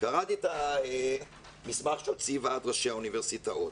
קראתי את המסמך שהוציא ועד ראשי האוניברסיטאות.